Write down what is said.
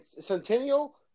centennial